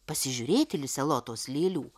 pasižiūrėti lise lotos lėlių